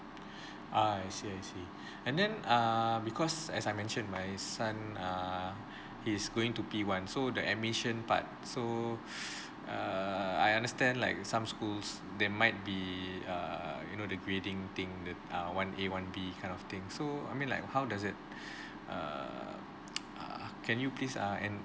I see I see and then err because as I mentioned my son err he's going to P one so the emission part so err I understand like some schools they might be err you know the grading thing the uh one A one B kind of thing so I mean like how does it err uh can you please uh enlighten